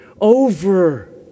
over